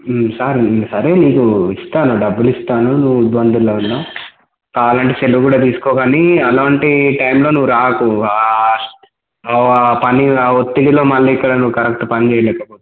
సరే నీకు ఇస్తాను డబ్బులు ఇస్తాను నువ్వు ఇబ్బందుల్లో ఉన్నావు కావాలంటే సెలవు కూడా తీసుకో కానీ అలాంటి టైంలో నువ్వు రాకు ఆ పని ఒత్తిడిలో మళ్ళీ ఇక్కడ నువు కరెక్ట్ పని చేయలేకపోతున్నావు